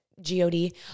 G-O-D